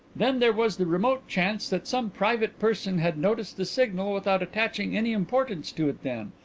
then there was the remote chance that some private person had noticed the signal without attaching any importance to it then,